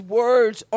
words